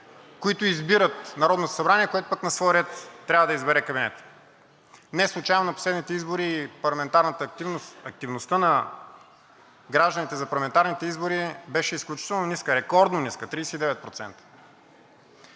които избират Народното събрание, което пък на свой ред трябва да избере кабинет. Неслучайно на последните избори активността на гражданите за парламентарните избори беше изключително ниска, рекордно ниска – 39%.